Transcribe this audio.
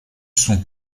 son